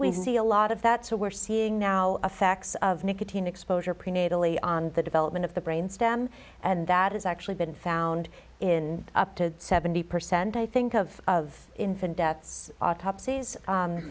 we see a lot of that so we're seeing now effects of nicotine exposure prenatally on the development of the brain stem and that has actually been found in up to seventy percent i think of of infant deaths autopsies